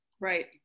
Right